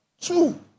Two